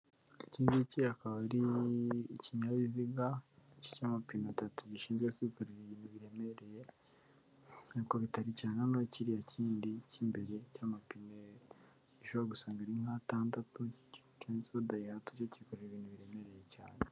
Iki ngiki kaba ari ikinyabiziga cy'amapine atatu gishinzwe kwikorera ibintu biremereye ariko bitari cyane. Noneho kiriya kindi cy'imbere cy'amapine ushobora gusanga ari nka atandatu cyanditseho dayihatsu cyo cyikorera ibintu biremereye cyane.